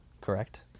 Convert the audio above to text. Correct